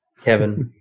Kevin